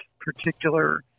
particular